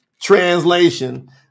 translation